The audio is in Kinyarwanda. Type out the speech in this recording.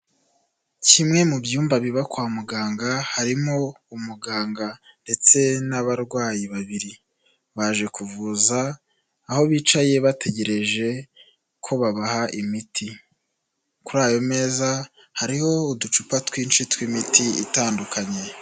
Kimwe mu byumba biba kwa muganga harimo umuganga ndetse n'abarwayi babiri, baje kuvuza aho bicaye bategereje ko babaha imiti, kuri ayo meza hariho uducupa twinshi tw'imiti itandukanye.